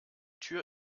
tür